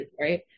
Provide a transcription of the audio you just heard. Right